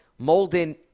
Molden